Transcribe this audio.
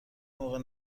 موقع